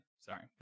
Sorry